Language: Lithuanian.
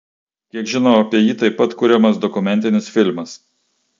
kiek žinau apie jį taip pat kuriamas dokumentinis filmas